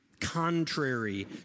contrary